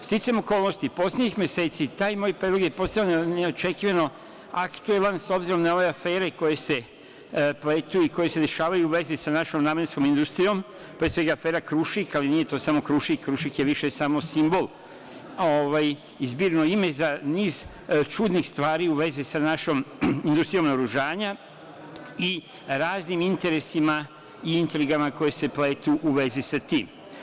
Sticajem okolnosti, poslednjih meseci taj moj predlog je postao neočekivano aktuelan, s obzirom na ove afere koje se pletu i koje se dešavaju u vezi sa našom namenskom industrijom, pre svega afera „Kruškik“, ali nije to samo „Kruškik“, „Kruškik“ je više samo simbol i zbirno ime za niz čudnih stvari u vezi sa našom industrijom naoružanja i raznima interesima i intrigama koje se pletu u vezi sa tim.